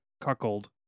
cuckold